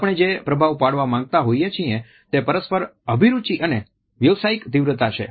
આપણે જે પ્રભાવ પાડવા માંગતા હોઈએ છીએ તે પરસ્પર અભિરુચિ અને વ્યવસાયીક તીવ્રતા છે